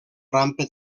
rampa